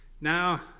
Now